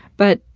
but,